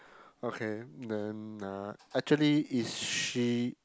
okay then uh actually is she